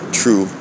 true